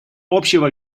общего